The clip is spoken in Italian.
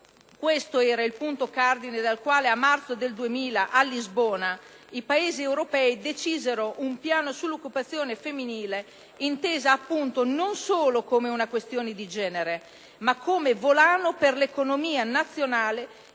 questo era il punto cardine intorno al quale, a marzo del 2000, a Lisbona i Paesi europei decisero un Piano sull'occupazione femminile, intesa appunto non solo come una questione di genere, ma come volano per l'economia nazionale,